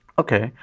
okay.